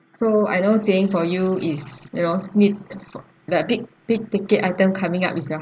so I know jane for you is you know the big big ticket item coming up is your